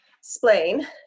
spleen